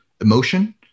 emotion